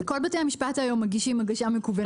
לכל בתי המשפט מגישים היום הגשה מקוונת.